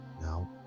Now